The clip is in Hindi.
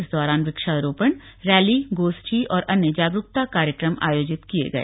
इस दौरान वृक्षारोपण रैली गोष्ठी और अन्य जागरूकता कार्यक्रम आयोजित किए गए